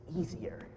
easier